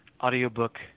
audiobook